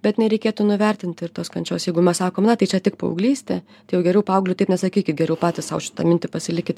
bet nereikėtų nuvertinti ir tos kančios jeigu mes sakom na tai čia tik paauglystė tai jau geriau paaugliui taip nesakykit geriau patys sau šitą mintį pasilikit